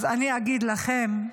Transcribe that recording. אז אני אגיד לכם,